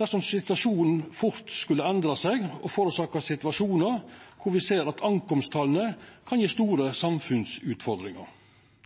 dersom situasjonen fort skulle endra seg og vera årsak til situasjonar der vi ser at innkomsttalet kan gje store samfunnsutfordringar.